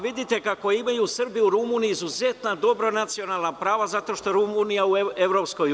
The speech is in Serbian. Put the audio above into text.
Vidite kako Srbi u Rumuniji imaju izuzetno dobra nacionalna prava zato što je Rumunija u EU.